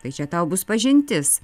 tai čia tau bus pažintis